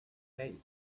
hey